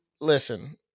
Listen